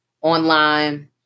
online